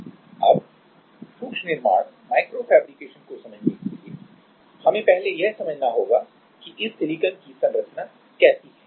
अब सूक्ष्म निर्माण माइक्रो फैब्रिकेशन micro fabrication को समझने के लिए हमें पहले यह समझना होगा कि यह सिलिकॉन संरचना कैसी है